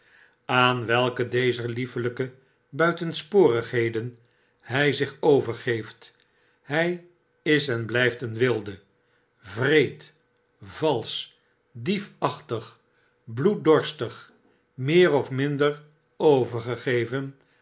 aan welke dezer liefelgke buitensporigheden hy zich overgeeft hjj is en biijft een wilde wreed valsch diefachtig bloeddbrstig meer of minder overgegeven